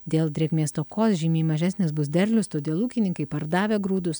dėl drėgmės stokos žymiai mažesnis bus derlius todėl ūkininkai pardavę grūdus